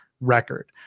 record